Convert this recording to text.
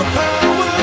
power